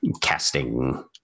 casting